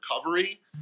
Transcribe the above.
recovery